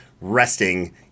resting